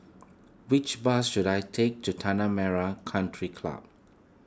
which bus should I take to Tanah Merah Country Club